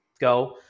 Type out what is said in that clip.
go